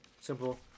simple